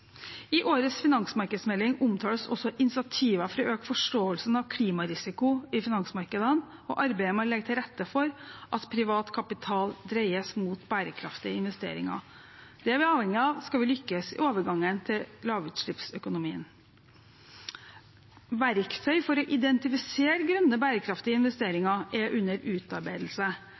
I årets finansmarkedsmelding omtales også initiativer for å øke forståelsen av klimarisiko i finansmarkedene og arbeidet med å legge til rette for at privat kapital dreies mot bærekraftige investeringer. Det er vi avhengige av skal vi lykkes i overgangen til lavutslippsøkonomien. Verktøy for å identifisere grønne, bærekraftige investeringer er under utarbeidelse,